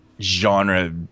genre